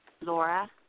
Laura